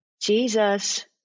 Jesus